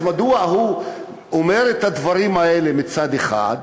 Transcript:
אז מדוע הוא אומר את הדברים האלה מצד אחד,